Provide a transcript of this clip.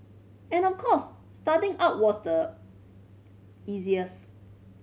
and of course starting out was the easiest